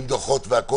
עם דוחות והכול,